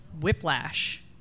Whiplash